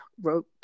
wrote